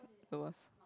the worst